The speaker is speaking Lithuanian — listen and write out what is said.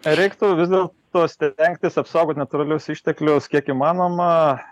reiktų visdėlto stengtis apsaugoti natūralius išteklius kiek įmanoma